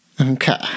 Okay